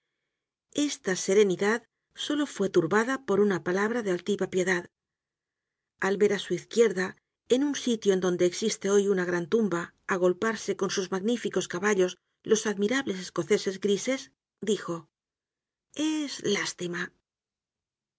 esta serenidad solo fue turbada por una palabra de altiva piedad al ver á su izquierda en un sitio en donde existe hoy'una gran tumba agolparse con sus magníficos caballos los admirables escoceses grises dijo es lástima